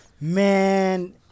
Man